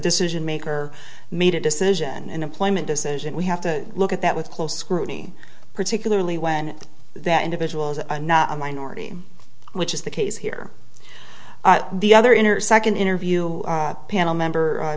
decision maker made a decision an employment decision we have to look at that with close scrutiny particularly when that individuals are not a minority which is the case here the other in her second interview panel member